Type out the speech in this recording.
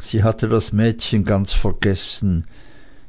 sie hatte das mädchen ganz vergessen